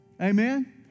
Amen